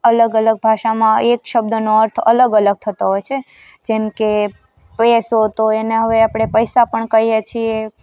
અલગ અલગ ભાષામાં એક શબ્દનો અર્થ અલગ અલગ થતો હોય છે જેમકે પેસો તો એને હવે આપણે પૈસા પણ કહીએ છીએ